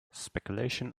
speculation